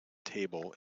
table